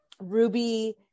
Ruby